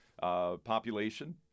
population